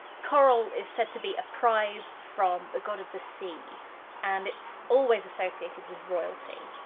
coral is said to be a prize from the god of the sea and it's always associated with royalty.